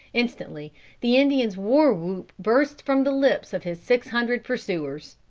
instantly the indian's war-whoop burst from the lips of his six hundred pursuers.